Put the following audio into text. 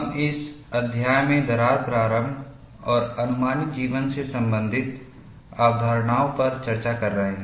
हम इस अध्याय में दरार प्रारंभ और अनुमानित जीवन से संबंधित अवधारणाओं पर चर्चा कर रहे हैं